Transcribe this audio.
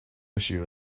issue